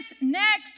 next